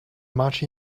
much